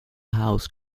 house